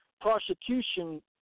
prosecution